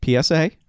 psa